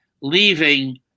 leaving